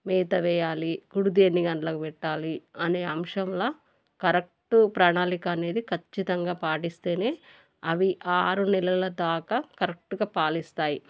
మేత వెయ్యాలి కుడితి ఎన్ని గంటలకు పెట్టాలి అనే అంశంలో కరెక్ట్ ప్రణాళిక అనేది ఖచ్చితంగా పాటిస్తేనే అవి ఆరు నెలల దాకా కరెక్ట్గా పాలు ఇస్తాయి